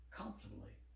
comfortably